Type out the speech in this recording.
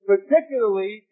particularly